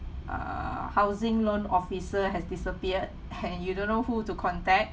err housing loan officer has disappeared and you don't know who to contact